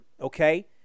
okay